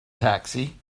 taxi